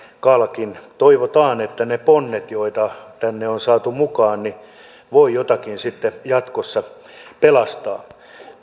kalkin toivotaan että ne ponnet joita tänne on saatu mukaan voivat jotakin sitten jatkossa pelastaa